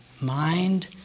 mind